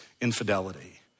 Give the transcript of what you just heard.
infidelity